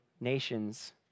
nations